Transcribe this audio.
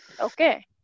Okay